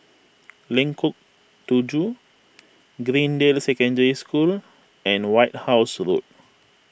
Lengkong Tujuh Greendale Secondary School and White House Road